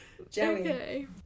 Okay